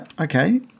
okay